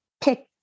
pick